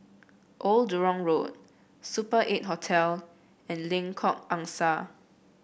Old Jurong Road Super Eight Hotel and Lengkok Angsa